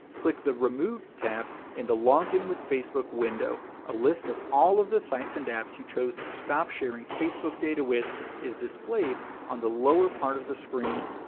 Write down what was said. click the removed tab in the logged in with facebook window. a list of all of the sites and apps you chose to stop sharing facebook data with is displayed on the lower part of the screen.